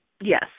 Yes